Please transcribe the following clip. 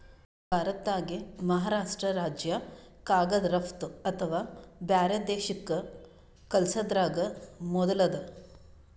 ಭಾರತ್ದಾಗೆ ಮಹಾರಾಷ್ರ್ಟ ರಾಜ್ಯ ಕಾಗದ್ ರಫ್ತು ಅಥವಾ ಬ್ಯಾರೆ ದೇಶಕ್ಕ್ ಕಲ್ಸದ್ರಾಗ್ ಮೊದುಲ್ ಅದ